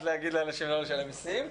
התכוונת להגיד לאנשים לא לשלם מיסים.